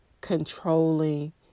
controlling